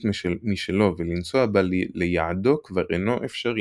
משלו ולנסוע בה ליעדו כבר אינו אפשרי,